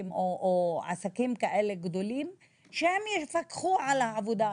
או עסקים כאלה גדולים שהם יפקחו על העבודה.